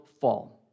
fall